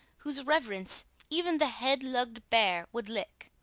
whose reverence even the head-lugg'd bear would lick,